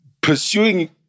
pursuing